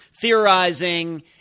theorizing